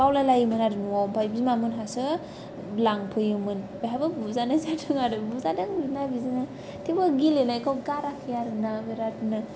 बावलायलायोमोन आरो न'आव बिमामोनहासो लांफैयोमोन बेहायबो बुजानाय जादों आरो बुजादों मेल्ला बिदिनो थेवबो गेलेनायखौ गाराखै आरो ना बिरादनो